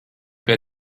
pie